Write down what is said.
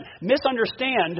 misunderstand